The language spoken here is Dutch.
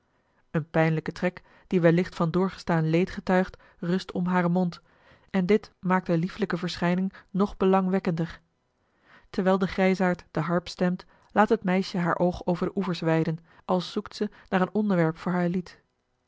een pijnlijke trek die wellicht van doorgestaan leed getuigt rust om haren mond en ditmaakt de liefelijke verschijning nog belangwekkender terwijl de grijsaard de harp stemt laat het meisje haar oog over de oevers weiden als zoekt ze naar een onderwerp voor haar lied